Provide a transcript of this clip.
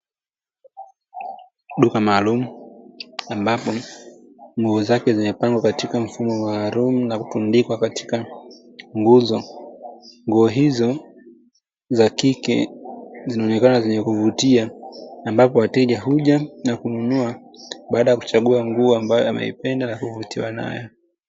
Duka maalumu, ambapo nguo zake zimepangwa katika mfumo maalumu na kutundikwa katika nguzo. Nguo hizo za kike zinaonekana zenye kuvutia, ambapo wateja huja na kununua baada ya kuchagua nguo ambayo ameipenda na kuvutiwa nayo.